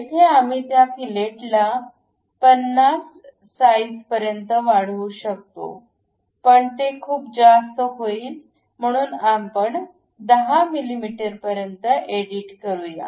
येथे आम्ही त्या फिलेटला 50 साईज पर्यंत वाढवू शकतो पण ते खूप जास्त होईल म्हणून आपण 10 मिमी पर्यंत एडिट करूया